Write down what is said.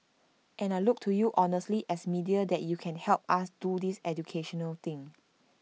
and I look to you honestly as media that you can help us do this educational thing